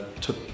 took